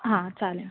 हां चालेल